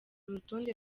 rutonde